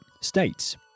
States